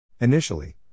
Initially